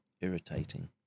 irritating